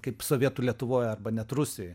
kaip sovietų lietuvoj arba net rusijoj